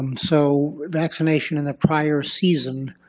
um so vaccination in the prior season,